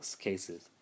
cases